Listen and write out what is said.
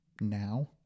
now